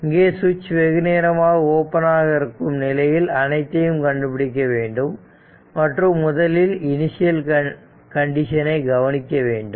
இங்கே சுவிட்ச் வெகுநேரமாக ஓபன் ஆக இருக்கும் நிலையில் அனைத்தையும் கண்டுபிடிக்க வேண்டும் மற்றும் முதலில் இனிஷியல் கண்டிஷனை கவனிக்க வேண்டும்